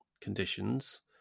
conditions